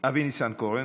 אבי ניסנקורן.